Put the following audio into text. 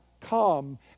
come